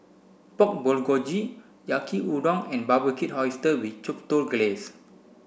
Pork Bulgogi Yaki udon and Barbecued Oysters with Chipotle Glaze